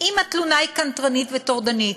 אם התלונה קנטרנית וטורדנית,